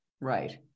Right